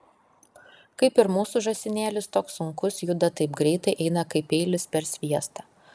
kaip ir mūsų žąsinėlis toks sunkus juda taip greitai eina kaip peilis per sviestą